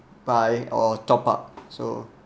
buy or top up so